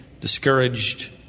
discouraged